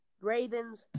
Ravens